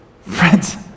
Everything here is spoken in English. Friends